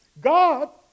God